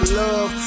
love